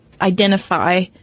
identify